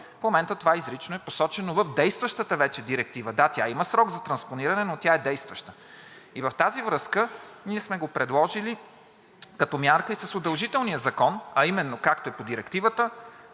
В момента това изрично е посочено в действащата вече Директива. Да, тя има срок за транспониране, но тя е действаща. И в тази връзка ние сме го предложили като мярка и с удължителния закон, а именно, както е по Директивата,